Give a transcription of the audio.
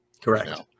Correct